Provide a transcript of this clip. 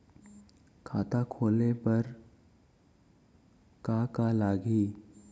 खाता खोले बार का का लागही?